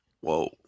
Whoa